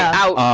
out.